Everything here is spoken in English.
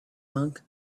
monk